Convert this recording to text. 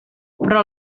però